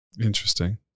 Interesting